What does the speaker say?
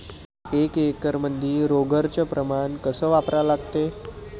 एक एकरमंदी रोगर च प्रमान कस वापरा लागते?